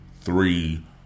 three